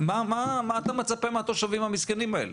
מה אתה מצפה מהתושבים המסכנים האלה?